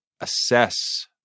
assess-